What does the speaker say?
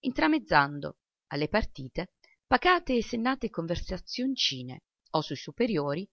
intramezzando alle partite pacate e sennate conversazioncine o sui superiori